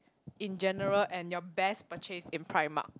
in general and your best purchase in primark